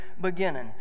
beginning